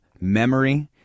memory